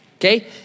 Okay